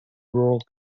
rural